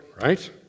right